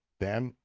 then,